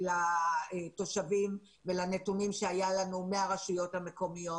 לתושבים ולנתונים שהיו לנו מהרשויות המקומיות.